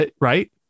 Right